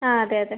ആ അതെ അതെ